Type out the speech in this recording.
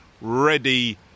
ready